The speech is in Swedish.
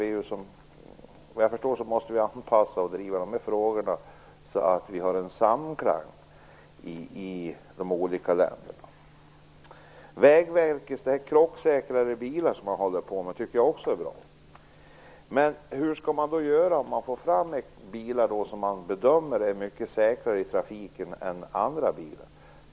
Enligt vad jag förstår måste vi driva de frågorna så att de olika länderna är i samklang med varandra på detta område. De krocksäkrare bilar som Vägverket håller på med tycker jag också är bra. Men hur skall man då göra om man får fram bilar som man bedömer är mycket säkrare i trafiken än andra bilar?